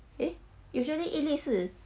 eh usually 一粒是